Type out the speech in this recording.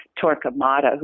Torquemada